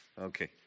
Okay